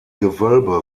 gewölbe